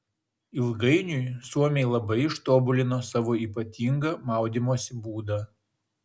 ilgainiui suomiai labai ištobulino savo ypatingą maudymosi būdą